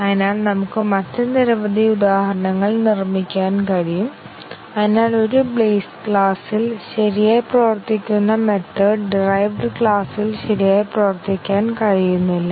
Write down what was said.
അതിനാൽ നമുക്ക് മറ്റ് നിരവധി ഉദാഹരണങ്ങൾ നിർമ്മിക്കാൻ കഴിയും അതിനാൽ ഒരു ബേസ് ക്ലാസ്സിൽ ശരിയായി പ്രവർത്തിക്കുന്ന മെത്തേഡ് ഡിറൈവ്ഡ് ക്ലാസ്സിൽ ശരിയായി പ്രവർത്തിക്കാൻ കഴിയുന്നില്ല